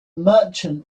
merchant